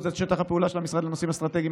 את שטח הפעולה של המשרד לנושאים אסטרטגיים,